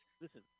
Listen